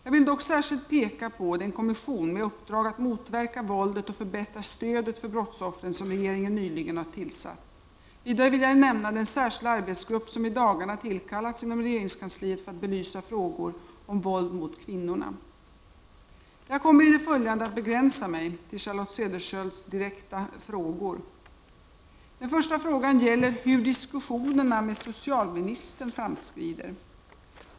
Jag vill dock särskilt peka på den kommission med uppdrag att motverka våldet och förbättra stödet för brottsoffren, som regeringen nyligen har tillsatt. Vidare vill jag nämna den särskilda arbetsgrupp som i dagarna tillkallats inom regeringskansliet för att belysa frågor om våld mot kvinnorna. Jag kommer i det följande att begränsa mig till Charlotte Cederschiölds direkta frågor. Den första frågan gäller hur diskussionerna med socialministern framskrider.